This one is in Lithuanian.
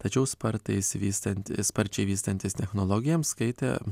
tačiau spartą išsivystanti sparčiai vystantis technologijoms skaitė